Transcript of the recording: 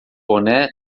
boné